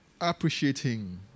appreciating